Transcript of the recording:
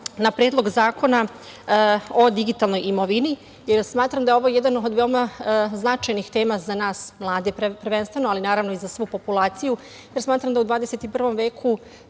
na Predlog zakona o digitalnoj imovini, jer smatram da je ovo jedna od veoma značajnih tema za nas mlade prvenstveno, ali naravno i za svu populaciju. Smatram da u 21. veku